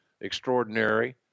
extraordinary